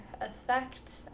effect